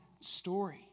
story